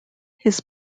his